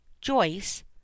joyce